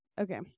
Okay